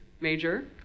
major